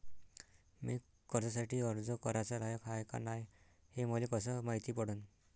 मी कर्जासाठी अर्ज कराचा लायक हाय का नाय हे मले कसं मायती पडन?